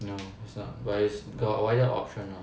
no it's not but is got wider option lor